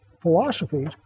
philosophies